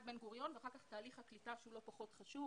בן גוריון ואחר כך תהליך הקליטה שהוא לא פחות חשוב